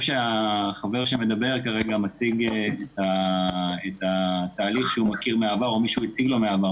החבר שמדבר כרגע מציג תהליך מהעבר או מישהו מציג לו מהעבר,